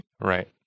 Right